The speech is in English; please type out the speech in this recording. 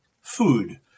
food